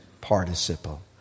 participle